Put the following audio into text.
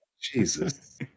Jesus